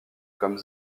comme